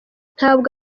ntabwo